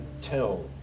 tell